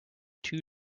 too